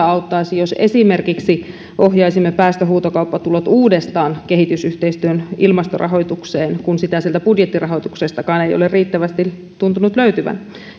auttaisi jos esimerkiksi ohjaisimme päästöhuutokauppatulot uudestaan kehitysyhteistyön ilmastorahoitukseen kun sitä sieltä budjettirahoituksestakaan ei ole riittävästi tuntunut löytyvän